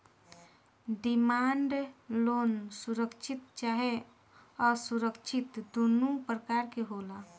demand loan सुरक्षित चाहे असुरक्षित दुनो प्रकार के होला